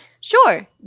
Sure